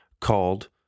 called